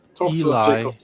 Eli